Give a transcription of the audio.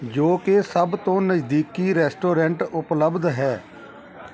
ਜੋ ਕਿ ਸਭ ਤੋਂ ਨਜ਼ਦੀਕੀ ਰੈਸਟੋਰੈਂਟ ਉਪਲਬਧ ਹੈ